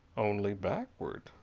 only backward?